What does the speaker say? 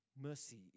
Mercy